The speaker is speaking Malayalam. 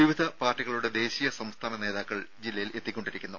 വിവിധ പാർട്ടികളുടെ ദേശീയ സംസ്ഥാന നേതാക്കൾ ജില്ലയിൽ എത്തിക്കൊണ്ടിരിക്കുന്നു